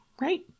right